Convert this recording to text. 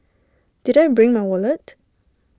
did I bring my wallet